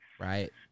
Right